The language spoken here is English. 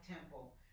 Temple